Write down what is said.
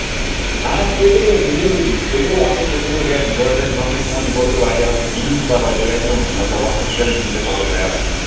اَہن حظ تۄہہِ کوٚروُ بِزٲتی تۄہہِ کورُو اَصٕل تۄہہِ کوٚروُ رٮ۪تھ ڈۄڑ رٮ۪تھ برٛونٛٹھٕے فون یہِ کوٚرُو تۄہہِ واریاہ اَصٕل کِہینۍ چھُنہٕ پَرواے تۄہہِ واتنو مطلب وقت پٮ۪ٹھ گژھن تۄہہِ پَلو تَیار آسٕنۍ